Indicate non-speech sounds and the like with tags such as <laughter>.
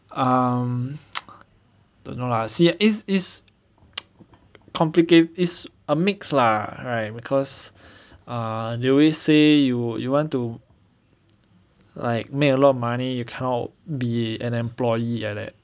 um <noise> don't know lah see is is <noise> complicated is a mix lah right because err they always say you you want to like make a lot of money you cannot be an employee at at